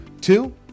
Two